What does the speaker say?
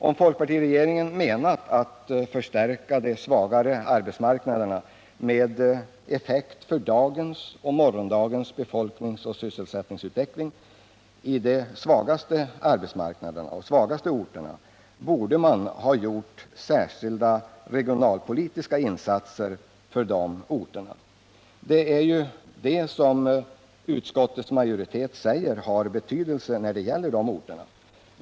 Om folkpartiregeringen avser att förstärka de svagare arbetsmarknaderna med effekt på dagens och morgondagens befolkningsoch sysselsättningsutveckling på de svagaste orterna, borde den samtidigt ha föreslagit särskilda regionalpolitiska insatser för dessa. Det är detta som också utskottsmajoriteten menar har betydelse för dessa orter.